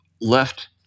left